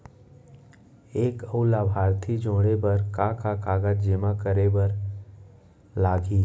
एक अऊ लाभार्थी जोड़े बर का का कागज जेमा करे बर लागही?